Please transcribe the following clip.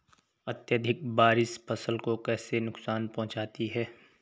अत्यधिक बारिश फसल को कैसे नुकसान पहुंचाती है?